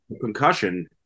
concussion